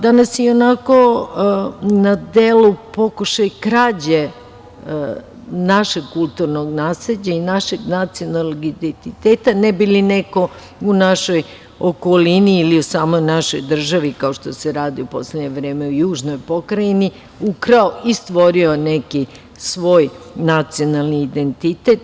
Danas je ionako na delu pokušaj krađe našeg kulturnog nasleđa i našeg nacionalnog identiteta, ne bi li neko u našoj okolini ili u samoj našoj državi, kao što se radi u poslednje vreme u južnoj pokrajini, ukrao i stvorio neki svoj nacionalni identitet.